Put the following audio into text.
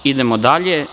Idemo dalje.